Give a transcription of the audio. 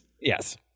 Yes